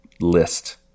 list